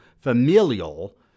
familial